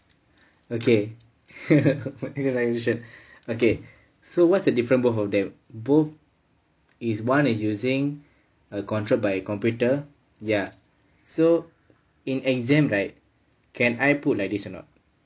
okay mechanisation okay so what's the different both of them both is one is using err controlled by a computer ya so in exam right can I put like this or not